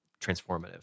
transformative